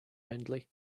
hendley